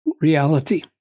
reality